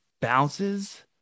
bounces